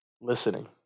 Listening